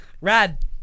Rad